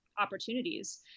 opportunities